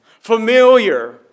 familiar